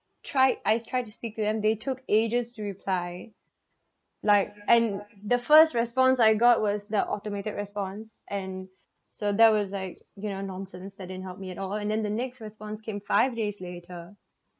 tried I tried to speak to them they took ages to reply like and the first response I got was the automated response and so that was like you know nonsense that didn't help me at all and then the next response came five days later